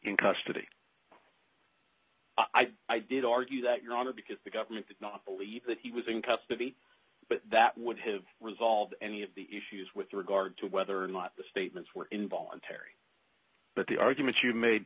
in custody i think i did argue that your honor because the government did not believe that he was in custody but that would have resolved any of the issues with regard to whether or not the statements were involuntary but the argument you made